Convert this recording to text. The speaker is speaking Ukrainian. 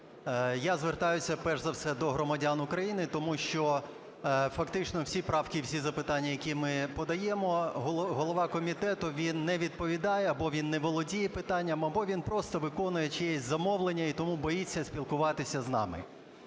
Я звертаюся перш за все до громадян України. Тому що фактично всі правки і всі запитання, які ми подаємо, голова комітету, він не відповідає або він не володіє питанням, або він просто виконує чиєсь замовлення, і тому боїться спілкуватися з нами.